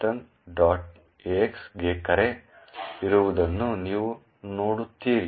ax ಗೆ ಕರೆ ಇರುವುದನ್ನು ನೀವು ನೋಡುತ್ತೀರಿ